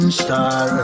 star